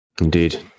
Indeed